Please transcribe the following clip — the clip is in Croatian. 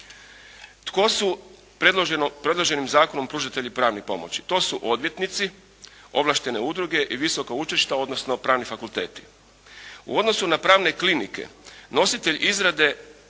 Tko su predloženim zakonom pružatelji pravnih pomoći? To su odvjetnici, ovlaštene udruge i visoka učilišta odnosno pravni fakulteti. U odnosu na pravne klinike nositelj izrade